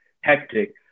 hectic